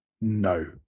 no